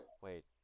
wait